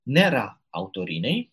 nėra autoriniai